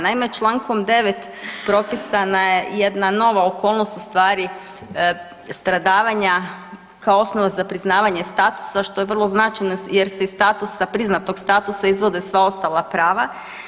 Naime, Člankom 9. propisana je jedna nova okolnost ustvari stradavanja kao osnova za priznavanje statusa što je vrlo značajno jer se iz statusa, priznatog statusa izvode sva ostala prava.